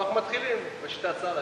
אנחנו מתחילים בשיטת הסלאמי.